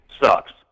sucks